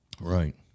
Right